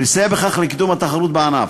ולסייע בכך לקידום התחרות בענף.